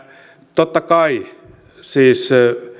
totta kai siis